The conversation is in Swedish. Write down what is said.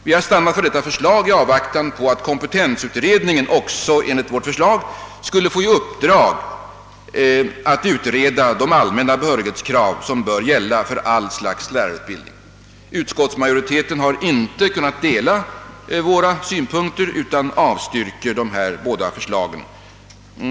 Vi har stannat för detta förslag i avvaktan på att kompetensutredningen — också enligt vårt förslag — skulle få i uppdrag att utreda de allmänna behörighetskrav som bör gälla för all slags lärarutbildning. Utskottsmajoriteten har inte kunnat dela våra synpunkter utan avstyrker de båda förslagen.